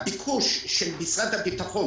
הביקוש של משרד הביטחון,